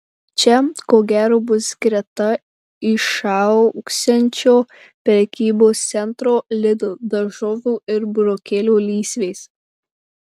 čia ko gero bus greta išaugsiančio prekybos centro lidl daržovių ir burokėlių lysvės